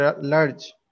large